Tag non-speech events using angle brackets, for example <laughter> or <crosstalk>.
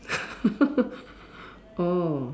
<laughs> oh